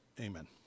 amen